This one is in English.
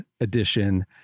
edition